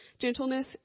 gentleness